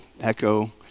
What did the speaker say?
Echo